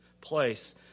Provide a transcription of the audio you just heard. place